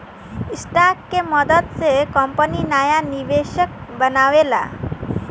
stock के मदद से कंपनी नाया निवेशक बनावेला